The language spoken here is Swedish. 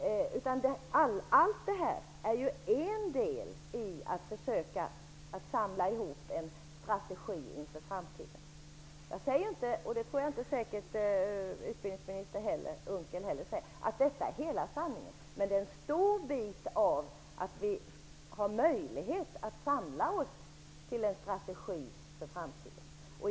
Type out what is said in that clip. Allt detta är en del i att försöka samla ihop en strategi inför framtiden. Jag säger inte -- det gör säkert inte utbildningsminister Per Unckel heller -- att detta är hela sanningen. Men det är en stor del när det gäller möjligheten att samla oss till en strategi för framtiden.